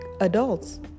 adults